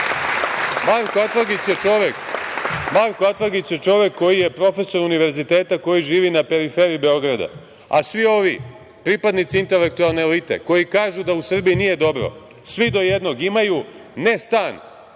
Atlagić je čovek koji je profesor univerziteta, koji živi na periferiji Beograda, a svi ovi pripadnici intelektualne elite koji kažu da u Srbiji nije dobro, svi do jednog imaju ne stan